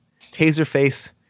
Taserface